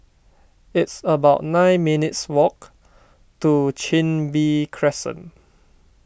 it's about nine minutes' walk to Chin Bee Crescent